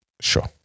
sure